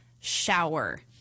shower